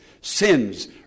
sins